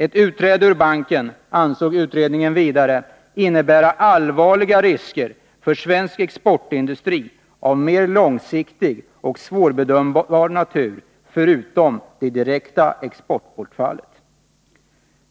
Ett utträde ur banken, ansåg utredningen vidare, skulle innebära allvarliga risker för svensk exportindustri av mer långsiktig och svårbedömbar natur, förutom det direkta exportbortfallet.